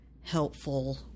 helpful